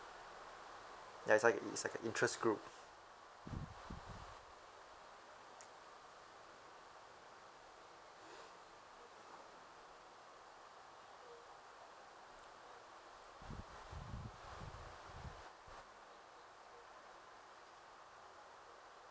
ya it's like a it's like a interest group